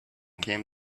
came